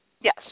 Yes